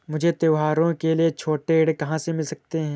मुझे त्योहारों के लिए छोटे ऋण कहाँ से मिल सकते हैं?